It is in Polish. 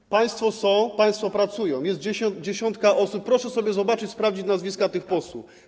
Ci państwo są, państwo pracują, jest dziesiątka osób, proszę sobie zobaczyć, sprawdzić nazwiska tych posłów.